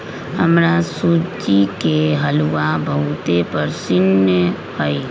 हमरा सूज्ज़ी के हलूआ बहुते पसिन्न हइ